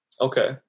Okay